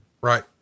Right